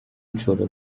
nshobora